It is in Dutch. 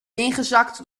ingezakt